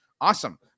awesome